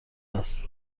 است